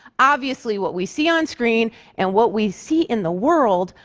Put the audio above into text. obviously, what we see on-screen and what we see in the world,